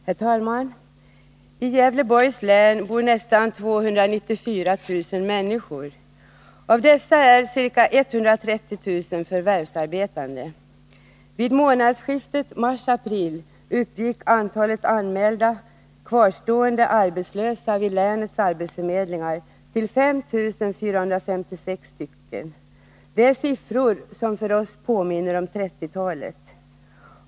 Herr talman! I Gävleborgs län bor nästan 294 000 människor. Av dessa är ca 130 000 förvärvsarbetande. Vid månadsskiftet mars-april uppgick antalet anmälda kvarstående arbetslösa vid länets arbetsförmedlingar till 5 456. Det är siffror som för oss påminner om 1930-talet.